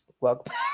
welcome